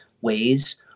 ways